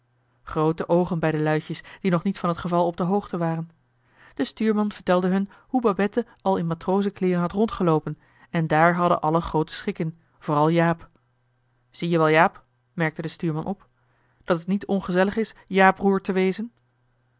groote oogen bij de luitjes die nog niet van t geval op de hoogte waren de stuurman vertelde hun hoe babette al in matrozen kleeren had rondgeloopen en daar hadden allen grooten schik in vooral jaap joh h been paddeltje de scheepsjongen van michiel de ruijter zie-je wel jaap merkte de stuurman op dat het niet ongezellig is ja broer te wezen